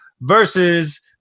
versus